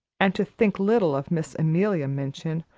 and to think little of miss amelia minchin,